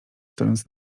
stojąc